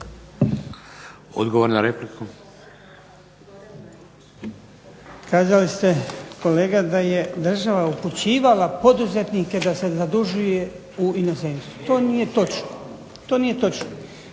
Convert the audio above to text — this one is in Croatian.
Odgovor na repliku.